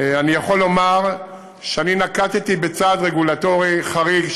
אני יכול לומר שאני נקטתי צעד רגולטורי חריג,